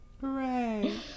hooray